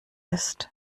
ist